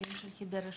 קווים של חדרה,